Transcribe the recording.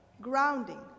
grounding